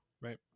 Right